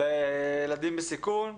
וילדים בסיכון.